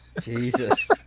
Jesus